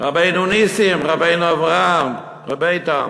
רבנו נסים, רבנו אברהם, ר' איתן,